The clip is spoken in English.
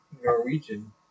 Norwegian